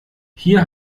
hier